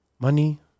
money